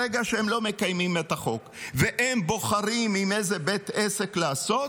ברגע שהם לא מקיימים את החוק והם בוחרים עם איזה בית עסק לעבוד,